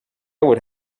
would